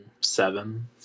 seven